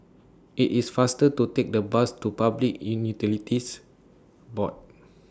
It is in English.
IT IS faster to Take The Bus to Public Board